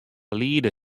liede